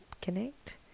connect